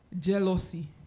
jealousy